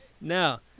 Now